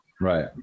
Right